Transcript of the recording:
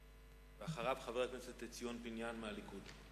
אחריו, חבר הכנסת ציון פיניאן מהליכוד.